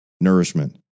nourishment